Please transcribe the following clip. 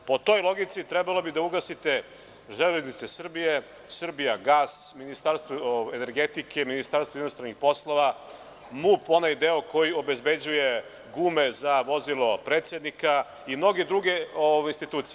Po toj logici trebalo bi da ugasite „Železnice Srbije“, „Srbijagas“, Ministarstvo energetike, Ministarstvo inostranih poslova, MUP, onaj deo koji obezbeđuje gume za vozilo predsednika i mnoge druge institucije.